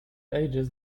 ages